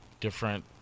different